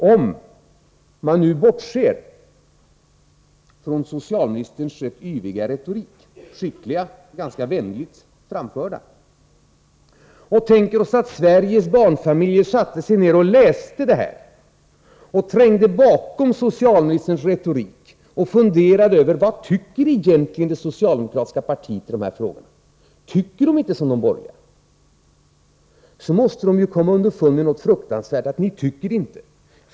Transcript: Om vi nu tänker oss att Sveriges barnfamiljer satte sig ned och läste socialministerns anförande, trängde bakom hans rätt yviga retorik — skickligt men ganska vänligt framförd — och funderade över vad det socialdemokratiska partiet egentligen tycker i dessa frågor, måste de komma underfund med någonting fruktansvärt: ni tycker inte.